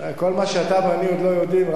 כל מה שאתה ואני עוד לא יודעים,